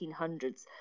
1800s